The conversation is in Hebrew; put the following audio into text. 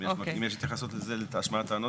אם יש התייחסות להשמעת טענות,